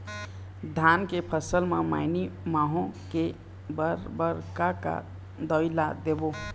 धान के फसल म मैनी माहो के बर बर का का दवई ला देबो?